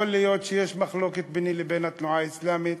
יכול להיות שיש מחלוקת ביני לבין התנועה האסלאמית